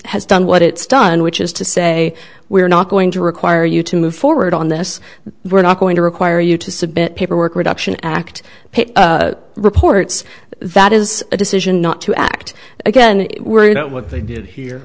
has done what it's done which is to say we're not going to require you to move forward on this we're not going to require you to submit paperwork reduction act reports that is a decision not to act again we're not what they did here